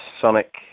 Sonic